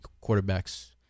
quarterback's